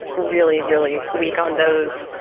really, really weak on those.